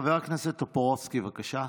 חבר הכנסת טופורובסקי, בבקשה.